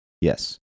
Yes